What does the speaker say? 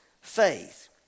faith